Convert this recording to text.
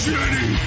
Jenny